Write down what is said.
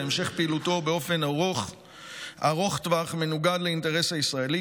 והמשך פעילותו באופן ארוך טווח מנוגן לאינטרס הישראלי.